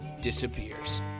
disappears